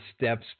steps